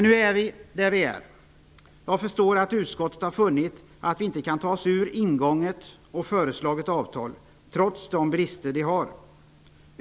Nu är vi där vi är. Jag förstår att utskottet har funnit att vi inte kan ta oss ur ingånget och föreslaget avtal, trots de brister som det har.